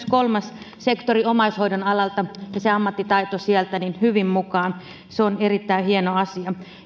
kolmas sektori omaishoidon alalta ja se ammattitaito sieltä hyvin mukaan se on erittäin hieno asia